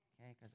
Okay